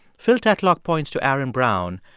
phil tetlock points to aaron brown,